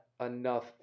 enough